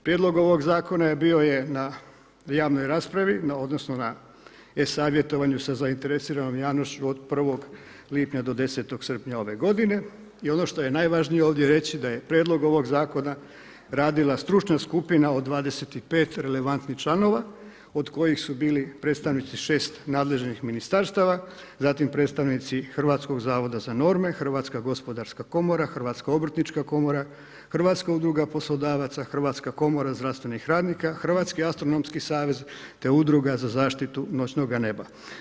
Prijedlog ovog zakona bio je na javnoj raspravi, odnosno, na e-savjetovanju sa zainteresiranom javnošću od 1. lipnja do 10 srpnja ove g. i ono što je najvažnije ovdje reći, da je prijedlog ovog zakona, radila stručna skupina od 25 relevantnih članova, od kojih su bili predstavnici 6 nadležnih ministarstava, zatim predstavnici Hrvatskog zavoda za norme, HGK, Hrvatska obrtnička komora, Hrvatska udruga poslodavaca, Hrvatska komora zdravstvenih radnika, Hrvatski astronomski savez, te Udruga za zaštitu noćnoga neba.